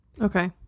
Okay